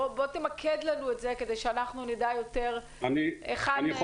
בוא תמקד לנו את זה כדי שנדע יותר היכן הדברים עומדים.